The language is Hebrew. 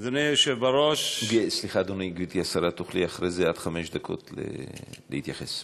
זה עד חמש דקות להתייחס.